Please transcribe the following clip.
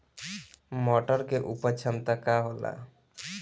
मटर के उपज क्षमता का होला?